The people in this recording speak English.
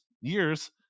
years